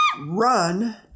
Run